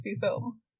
film